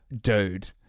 dude